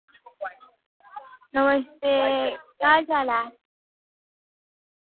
नमस्ते केह् हाल चाल ऐ